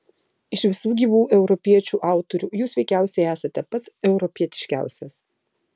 iš visų gyvų europiečių autorių jūs veikiausiai esate pats europietiškiausias